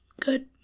good